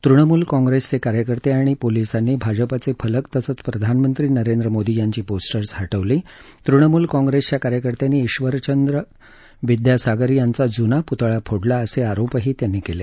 तृणमूल काँग्रेसचे कार्यकर्ते आणि पोलिसांनी भाजपाचे फलक तसंच प्रधानमंत्री नरेंद्र मोदी यांची पोस्टर्स हटवली तृणमूल काँग्रेसच्या कार्यकर्त्यांनी ईश्वरचंद्र विद्यासागर यांचा जुना पुतळा फोडला असे आरोपही त्यांनी केले